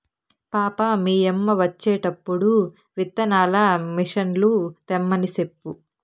పాపా, మీ యమ్మ వచ్చేటప్పుడు విత్తనాల మిసన్లు తెమ్మని సెప్పు